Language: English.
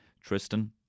Tristan